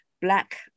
Black